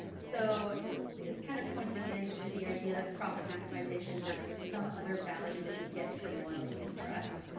so this kind of points again to the idea of profit maximization versus some other value that we get from loyalty and trust.